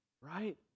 right